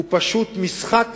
הוא פשוט משחק